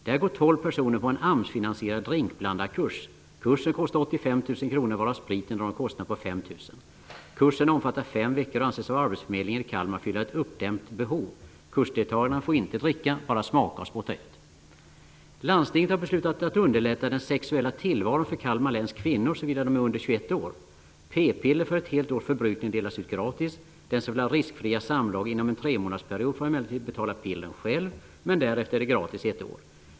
Där går tolv personer på en AMS-finansierad drinkblandarkurs. Kursen kostar 85 000 kr varav spriten drar en kostnad på 5 000 kr. Kursen omfattar fem veckor och anses av arbetsförmedlingen i Kalmar fylla ett uppdämt behov. Kursdeltagarna får inte dricka, bara smaka och spotta ut. Landstinget har beslutat underlätta den sexuella tillvaron för Kalmar läns kvinnor såvida de är under 21 år. P-piller för ett helt års förbrukning delas ut gratis. Den som vill ha riskfria samlag inom en tremånadersperiod får emellertid betala pillren själv, men därefter är det gratis ett år.